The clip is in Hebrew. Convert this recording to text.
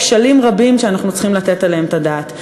כשלים רבים שאנחנו צריכים לתת עליהם את הדעת.